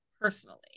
personally